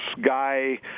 guy